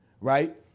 Right